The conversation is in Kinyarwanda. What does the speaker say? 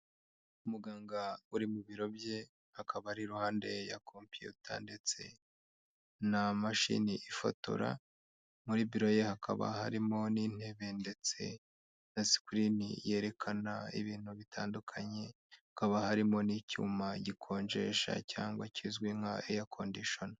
Umuganga uri mu biro bye akaba ari iruhande ya kompiyuta ndetse na mashini ifotora, muri biro ye hakaba harimo n'intebe ndetse na sikirini yerekana ibintu bitandukanye, hakaba harimo n'icyuma gikonjesha cyangwa kizwi nka air condition.